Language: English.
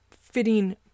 fitting